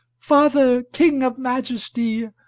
father, king of majesty,